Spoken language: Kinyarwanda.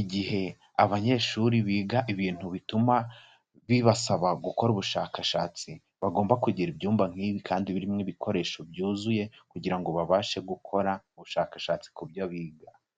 igihe abanyeshuri biga ibintu bituma bibasaba gukora ubushakashatsi, bagomba kugira ibyumba nk'ibi kandi birimo ibikoresho byuzuye kugira ngo babashe gukora ubushakashatsi ku byo biga.